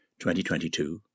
2022